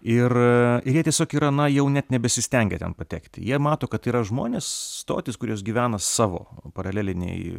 ir ir jie tiesiog yra na jau net nebesistengia ten patekti jie mato kad tai yra žmonės stotys kurios gyvena savo paralelinėj